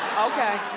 okay.